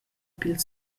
pil